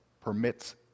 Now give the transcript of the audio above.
permits